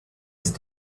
ist